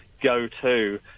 go-to